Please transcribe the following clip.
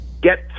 get